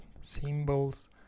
symbols